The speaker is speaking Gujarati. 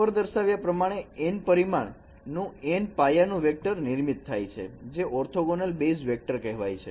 ઉપર દર્શાવ્યા પ્રમાણે N પરિમાણ નું n પાયાનું વેક્ટર નિર્મિત થાય છે જે ઓર્થોગોનલ બેઇઝ વેક્ટર હોય છે